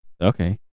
Okay